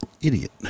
idiot